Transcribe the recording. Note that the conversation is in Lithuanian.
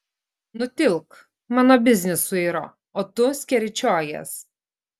nutilk mano biznis suiro o tu skeryčiojies